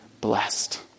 blessed